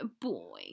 boy